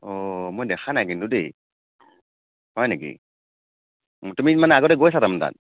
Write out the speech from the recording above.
অ মই দেখা নাই কিন্তু দেই হয় নেকি তুমি মানে আগতে গৈছা মানে তাত